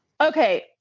Okay